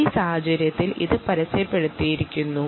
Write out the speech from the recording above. ഈ സാഹചര്യത്തിൽ ഇത് അഡ്വർടൈസ് ചെയ്തിരിക്കുന്നു